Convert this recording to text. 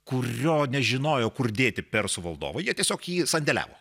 kurio nežinojo kur dėti persų valdovai jie tiesiog jį sandėliavo